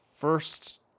first